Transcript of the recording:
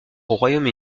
royaume